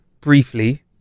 briefly